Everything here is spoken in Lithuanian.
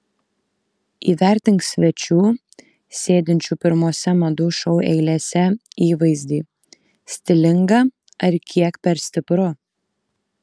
įvertink svečių sėdinčių pirmose madų šou eilėse įvaizdį stilinga ar kiek per stipru